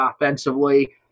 offensively